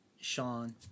Sean